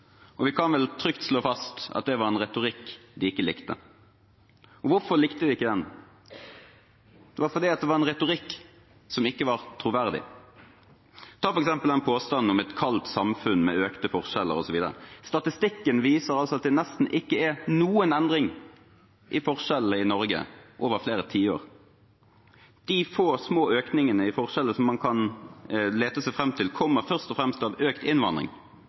retorikk. Vi kan vel trygt slå fast at det var en retorikk de ikke likte. Og hvorfor likte de den ikke? Det var fordi det var en retorikk som ikke var troverdig. Ta f.eks. påstanden om et kaldt samfunn med økte forskjeller osv.: Statistikken viser at det nesten ikke er noen endring i forskjellene i Norge over flere tiår. De få små økningene i forskjeller som man kan lete seg fram til, kommer først og fremst av økt innvandring